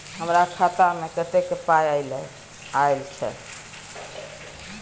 हमरा खाता में कत्ते पाई अएछ?